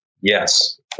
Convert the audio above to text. Yes